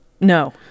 No